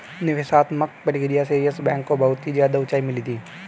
निवेशात्मक प्रक्रिया से येस बैंक को बहुत ही ज्यादा उंचाई मिली थी